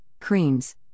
creams